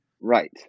Right